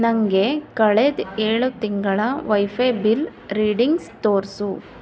ನನಗೆ ಕಳೆದ ಏಳು ತಿಂಗಳ ವೈಫೈ ಬಿಲ್ ರೀಡಿಂಗ್ಸ್ ತೋರಿಸು